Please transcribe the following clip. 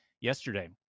yesterday